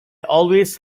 always